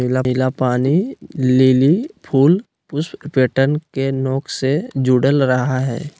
नीला पानी लिली फूल पुष्प पैटर्न के नोक से जुडल रहा हइ